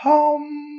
Home